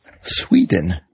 Sweden